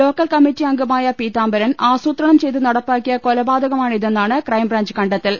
local committee അംഗുമായ് Peethambaran ആസൂത്രണം ചെയ്ത് നടപ്പാക്കിയ് കൊലപാതകമാണി തെന്നാണ് ക്രൈംബ്രാഞ്ച് കണ്ടെത്തൽ